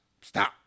stop